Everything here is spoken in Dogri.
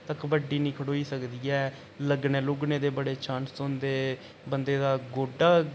तां कबड्डी नेईं खडोई सकदी ऐ लग्गने लुग्गने दे बड़े चांस होंदे बंदे दा गोडा